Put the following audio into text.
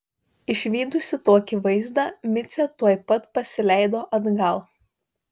išvydusi tokį vaizdą micė tuoj pat pasileido atgal